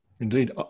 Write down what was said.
indeed